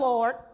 Lord